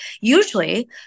usually